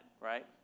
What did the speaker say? right